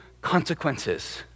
consequences